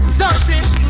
Starfish